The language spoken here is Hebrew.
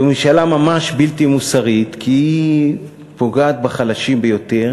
זו ממשלה ממש בלתי מוסרית כי היא פוגעת בחלשים ביותר